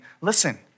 listen